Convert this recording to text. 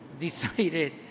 decided